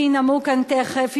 שינאמו כאן תיכף,